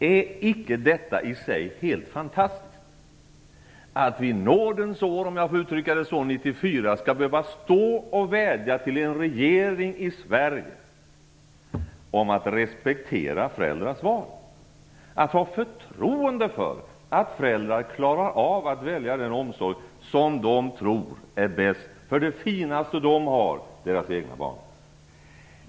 Är icke detta i sig helt fantastiskt att vi nådens år 1994 skall behöva stå här och vädja till en regering i Sverige om att respektera föräldrarnas val, att ha förtroende för att föräldrar klarar av att välja den omsorg som de tror är bäst för det finaste de har, nämligen deras egna barn?